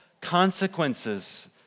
consequences